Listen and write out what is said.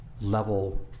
level